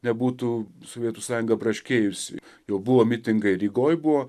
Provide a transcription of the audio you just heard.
nebūtų sovietų sąjunga braškėjusi jau buvo mitingai rygoj buvo